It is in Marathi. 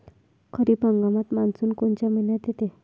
खरीप हंगामात मान्सून कोनच्या मइन्यात येते?